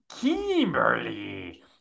Kimberly